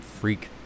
freak